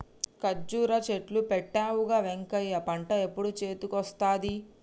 కర్జురా చెట్లు పెట్టవుగా వెంకటయ్య పంట ఎప్పుడు చేతికొస్తది